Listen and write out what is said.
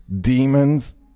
demons